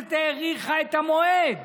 הכנסת האריכה את המועד,